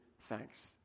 thanks